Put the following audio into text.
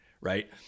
right